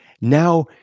now